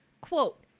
Quote